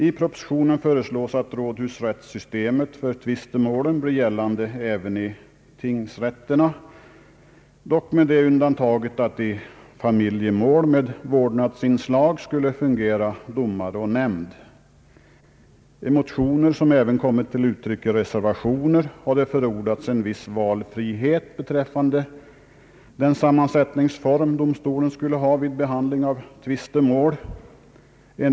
I propositionen föreslås att rådhusrättssystemet för tvistemålen blir gällande även i tingsrätterna, dock med det undantaget att i familjemål med vårdnadsinslag skulle fungera domare och nämnd. I motioner som även kommit till uttryck i reservationer har det förordats en viss valfrihet beträffande den sammansättning domstolen skulle ha vid behandlingen av tvistemål.